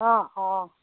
অঁ অঁ